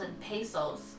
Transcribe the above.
pesos